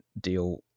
deal